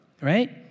right